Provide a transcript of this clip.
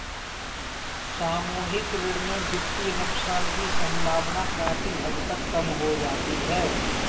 सामूहिक ऋण में वित्तीय नुकसान की सम्भावना काफी हद तक कम हो जाती है